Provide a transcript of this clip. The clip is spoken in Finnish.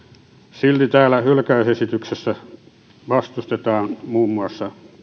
silti täällä hylkäysesityksessä vastustetaan muun muassa